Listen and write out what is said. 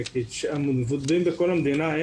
המבודדים בכל המדינה,